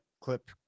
clip